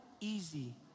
easy